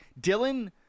Dylan